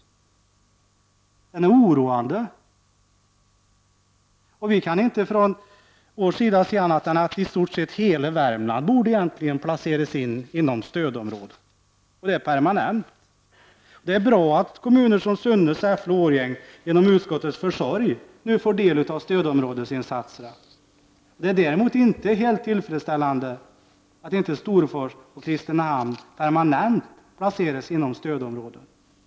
Den är oroande, och vi i vänsterpartiet kan inte se annat än att i stort sett hela Värmland borde placeras inom stödområdet, och det permanent. Det är bra att kommuner som Sunne, Säffle och Årjäng genom utskottets försorg nu får del av stödområdets insatser. Det är däremot inte helt tillfredsställande att inte Storfors och Kristinehamn permanent placeras inom stödområdet.